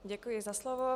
Děkuji za slovo.